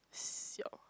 siao